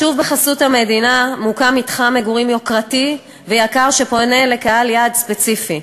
שוב בחסות המדינה מוקם מתחם מגורים יוקרתי ויקר שפונה לקהל יעד ספציפי.